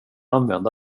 använda